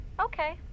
Okay